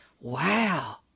wow